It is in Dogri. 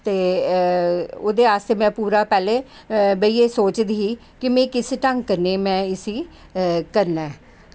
ते ओह्दे आस्तै में पूरा पैह्लें बेहियै सोचदी ही कि में किस ढंग कन्नै इसी करना ऐ